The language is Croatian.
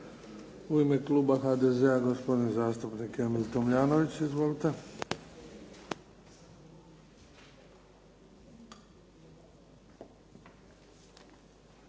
U ime kluba HDZ-a, gospodin zastupnik Emil Tomljanović. Izvolite.